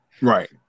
right